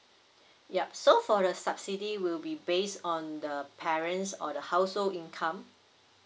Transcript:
yup so for the subsidy will be based on the parents or the household income